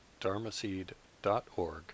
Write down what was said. dharmaseed.org